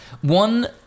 One